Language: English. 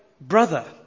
brother